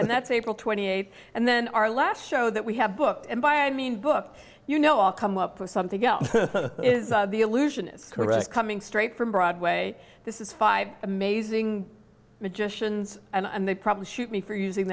and that's april twenty eighth and then our last show that we have booked and by i mean book you know i'll come up with something else is the illusion is correct coming straight from broadway this is five amazing magicians and they probably shoot me for using